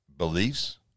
Beliefs